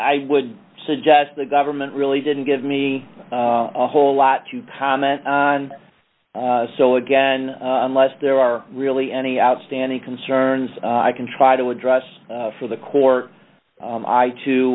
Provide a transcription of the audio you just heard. i would suggest the government really didn't give me a whole lot to comment on so again unless there are really any outstanding concerns i can try to address for the court i too